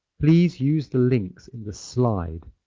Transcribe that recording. please use the links in the slide.